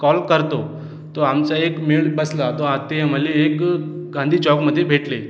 call करतो तो आमचा एक मेळ बसला तो ते मला एक गांधी चौकामध्ये भेटले